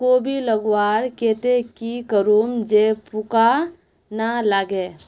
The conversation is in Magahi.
कोबी लगवार केते की करूम जे पूका ना लागे?